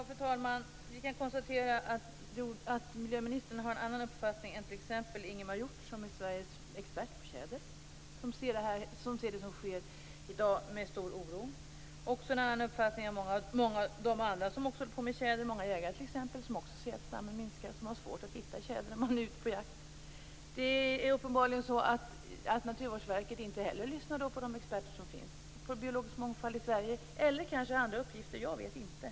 Fru talman! Vi kan konstatera att miljöministern har en annan uppfattning än t.ex. Ingemar Hjort, som är Sveriges expert på tjäder. Han ser på det som sker i dag med stor oro. Hon har också en annan uppfattning än många andra som håller på med tjäder, t.ex. många jägare, som också ser att stammen minskar och som har svårt att hitta tjäder när de är ute på jakt. Uppenbarligen lyssnar inte heller Naturvårdsverket på de experter på biologisk mångfald som finns i Sverige, eller så har man kanske fått andra uppgifter - jag vet inte.